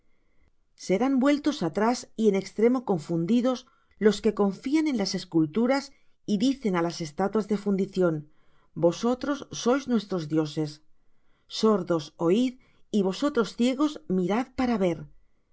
serán vueltos atrás y en extremo confundidos los que confían en las esculturas y dicen á las estatuas de fundición vosotros sois nuestros dioses sordos oid y vosotros ciegos mirad para ver